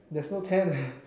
there's no ten